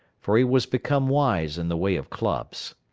for he was become wise in the way of clubs.